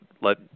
let